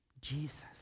Jesus